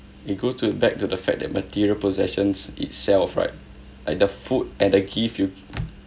it goes to back to the fact that material possessions itself right like the food and the gift you